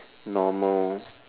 normal